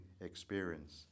experience